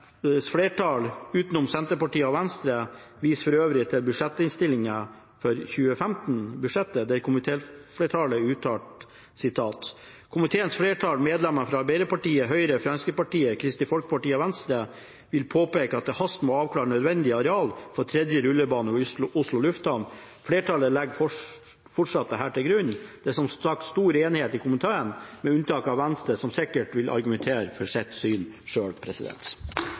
flertall, utenom Senterpartiet og Venstre, viser for øvrig til budsjettinnstillingen for 2015, der komitéflertallet uttalte: «Komiteens flertall, medlemmene fra Arbeiderpartiet, Høyre, Fremskrittspartiet, Kristelig Folkeparti og Venstre, vil påpeke at det haster med å avklare nødvendig areal for tredje rullebane ved Oslo Lufthavn.» Flertallet legger fortsatt dette til grunn. Det er som sagt stor enighet i komiteen, med unntak av Venstre, som sikkert vil argumentere for sitt syn